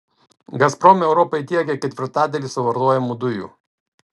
gazprom europai tiekia ketvirtadalį suvartojamų dujų